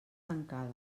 tancada